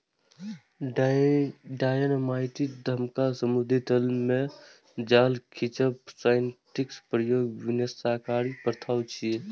dynamite धमाका, समुद्री तल मे जाल खींचब, साइनाइडक प्रयोग विनाशकारी प्रथा छियै